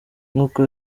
nk’uko